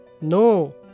No